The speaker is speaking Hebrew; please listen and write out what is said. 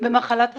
במחלת הסרטן.